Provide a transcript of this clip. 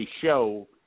show